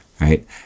right